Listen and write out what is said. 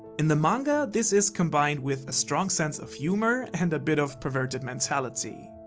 in the manga, this is combined with a strong sense of humor and a bit of perverted mentality.